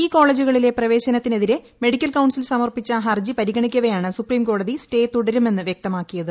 ഈ കോളെജുകളിലെ പ്രവേശനത്തിന് എതിരെ മെഡിക്കൽ കൌൺസിൽ സമർപ്പിച്ച ഹർജി പരിഗണിക്കവേയാണ് സുപ്രീംകോടതി സ്റ്റേ തുടരുമെന്ന് വൃക്തമാക്കിയത്